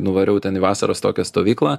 nuvariau ten į vasaros tokią stovyklą